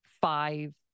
five